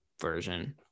version